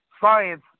science